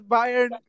Bayern